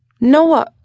Noah